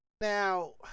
now